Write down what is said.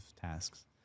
tasks